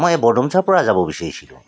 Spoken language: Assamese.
মই এই বৰডুমচাৰপৰা যাব বিচাৰিছিলোঁ